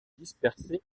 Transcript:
dispersés